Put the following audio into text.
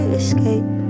escape